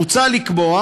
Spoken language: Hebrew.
מוצע לקבוע